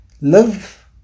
Live